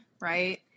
right